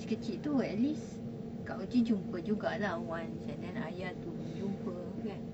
si kecil tu at least kak ogi jumpa juga lah once and then ayah tu jumpa kan